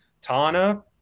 Tana